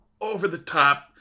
over-the-top